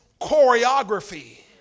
choreography